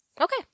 Okay